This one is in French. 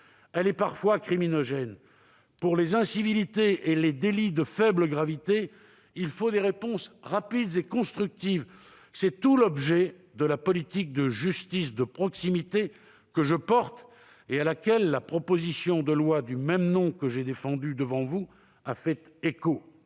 Elle est parfois criminogène. Pour les incivilités et les délits de faible gravité, il faut des réponses rapides et constructives. C'est tout l'objet de la politique de justice de proximité que je porte et à laquelle la proposition de loi du même nom que j'ai défendue devant vous a fait écho.